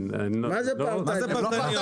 מה זה פרטניות?